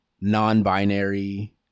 non-binary